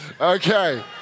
Okay